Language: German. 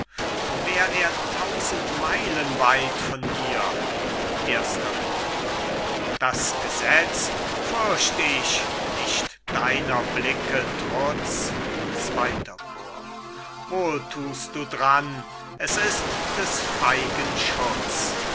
wär er tausend meilen weit von hier erster chor cajetan das gesetz fürcht ich nicht deiner blicke trutz zweiter chor bohemund wohl thust du dran es ist des feigen schutz